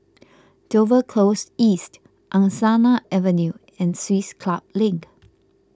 Dover Close East Angsana Avenue and Swiss Club Link